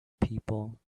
people